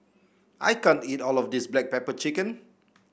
I can't eat all of this Black Pepper Chicken